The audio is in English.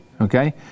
okay